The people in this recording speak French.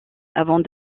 avant